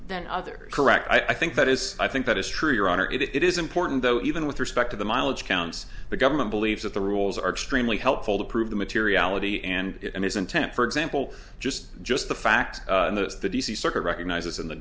than others correct i think that is i think that is true your honor it is important though even with respect to the mileage counts the government believes that the rules are extremely helpful to prove the materiality and his intent for example just just the fact that the d c circuit recognizes in the